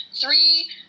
three